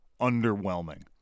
underwhelming